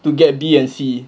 to get B and c